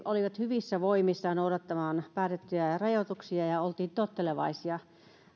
olivat hyvissä voimissaan noudattamaan päätettyjä rajoituksia ja oltiin tottelevaisia